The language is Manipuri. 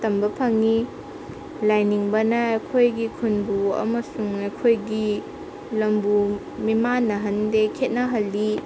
ꯇꯝꯕ ꯐꯪꯉꯤ ꯂꯥꯏꯅꯤꯡꯕꯅ ꯑꯩꯈꯣꯏꯒꯤ ꯈꯨꯟꯕꯨ ꯑꯃꯁꯨꯡ ꯑꯩꯈꯣꯏꯒꯤ ꯂꯝꯕꯨ ꯃꯤꯃꯥꯟꯅꯍꯟꯗꯦ ꯈꯦꯠꯅꯍꯜꯂꯤ